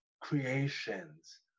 creations